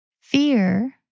Fear